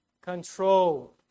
control